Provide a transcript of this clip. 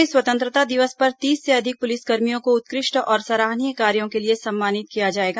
प्रदेश में स्वतंत्रता दिवस पर तीस से अधिक पुलिसकर्मियों को उत्कृष्ट और सराहनीय कार्यों के लिए सम्मानित किया जाएगा